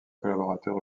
collaborateurs